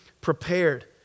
prepared